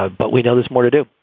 ah but we know there's more to do.